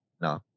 no